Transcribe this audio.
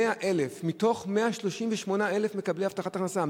מתוך 138,000 מקבלי הבטחת הכנסה,